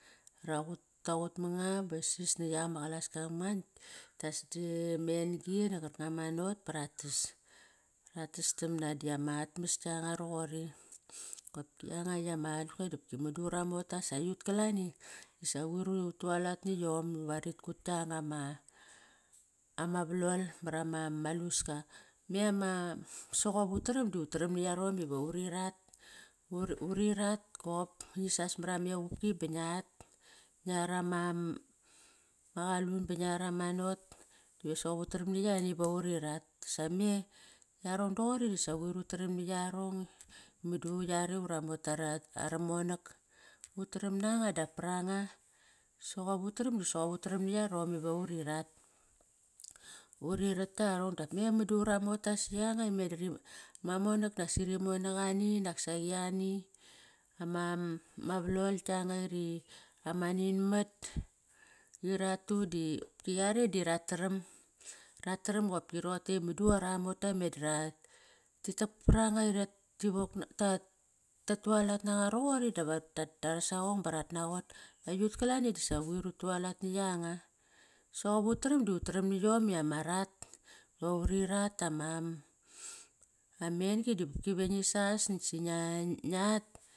Raqut, kaqut manga ba sis na yak ama qalaska vam nga me en-gi na qarkanga ma not bara tas, ratastamna diamat mas kianga roqori. Qopki yanga i mudu ura mota, sa ayut kalani sa quir utualat na yom va ritkut kianga ma ama valol marama luska. Me ama. soqop utaram du utaram na yarom iva, uri rat, uri rat kop. Ngisas mara ma equpki ba ngiat. Ngiar ama qalun, ba ngiar ama not qop sop utaram na yani va uri rat. Same yarong doqori, dasa quir utaram na yarong, mudu yare ura mota ara monak. Utaram nanga dap paranga, soqop utaram, soqop utaram na yarom iva uri rat. Uri rat kiarong dap me mudu ura mota si anga meda ma monak, naksi rimonak ani nak saqi ani, ama valol kiarong ri ama nin mat ira tu di yare di rataram. Rataram i qopki roqote i mudu ara mota meda ra ritak par anga tat tualat nanga roqori dara saqong ba naqot. Ayut kalani, dasa quir utualat na yanga, soqop utaram du utaram na yom iama rat, ba va uri rat dama en-gi doqopki ve ngisas nakt si ngiat.